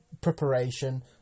preparation